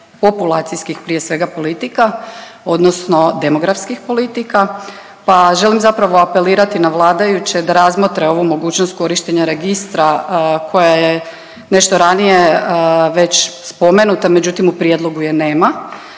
populacijskih prije svega politika, odnosno demografskih politika pa želim zapravo apelirati na vladajuće da razmotre ovu mogućnost korištenja registra koja je nešto ranije već spomenuta, međutim u prijedlogu je nema.